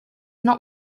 not